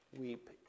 weep